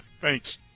Thanks